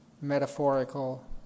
metaphorical